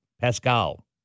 Pascal